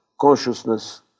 consciousness